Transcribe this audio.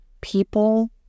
People